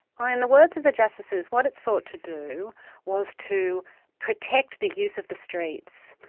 ah and the words of the justices, what it sought to do was to protect the use of the streets.